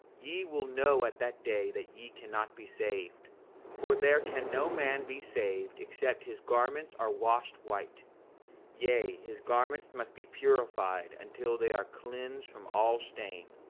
ye will know at that day that ye cannot be saved for there can no man be saved except his garments are washed white yea, his garments must be purified until they are cleansed from all stain,